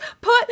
put